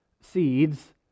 seeds